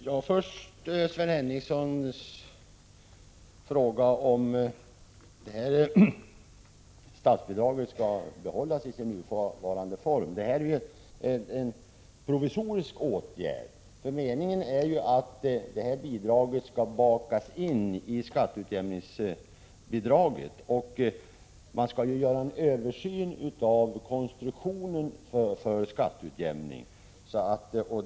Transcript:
Herr talman! Sven Henricsson frågade om statsbidraget skall behållas i sin nuvarande form, och jag vill svara att detta är en provisorisk åtgärd. Meningen är ju att detta bidrag skall bakas in i skatteutjämningsbidraget. Man skall som bekant göra en översyn av konstruktionen för skatteutjämningen.